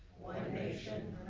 nation